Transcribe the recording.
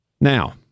Now